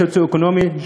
מבחינה סוציו-אקונומית,